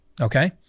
Okay